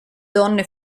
donne